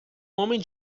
homem